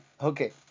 Okay